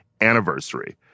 anniversary